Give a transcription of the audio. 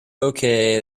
okay